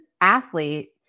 athlete